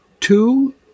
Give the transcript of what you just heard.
Two